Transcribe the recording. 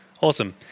Awesome